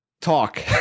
Talk